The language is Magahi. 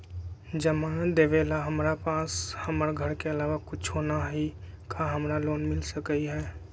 जमानत देवेला हमरा पास हमर घर के अलावा कुछो न ही का हमरा लोन मिल सकई ह?